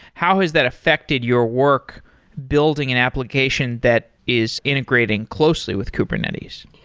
how has that affected your work building an application that is integrating closely with kubernetes?